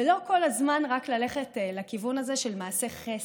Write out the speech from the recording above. ולא כל הזמן רק ללכת לכיוון הזה של מעשי חסד,